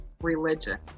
religion